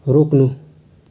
रोक्नु